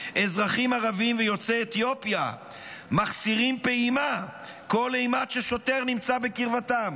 אזרחים ערבים ויוצאי אתיופיה מחסירים פעימה כל אימת ששוטר נמצא בקרבתם.